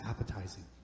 appetizing